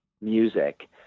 music